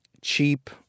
cheap